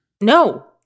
No